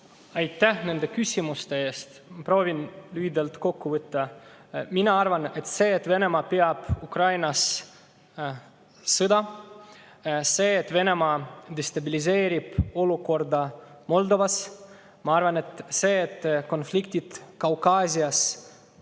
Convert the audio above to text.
Aitäh nende küsimuste eest! Proovin lühidalt kokku võtta. Mina arvan nii: see, et Venemaa peab Ukrainas sõda, see, et Venemaa destabiliseerib olukorda Moldovas, see, et konfliktid Kaukaasias kestavad,